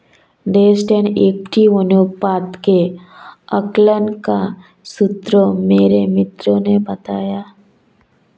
डेब्ट and equity अनुपात के आकलन का सूत्र मेरे मित्र ने बताया